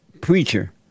preacher